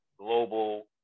global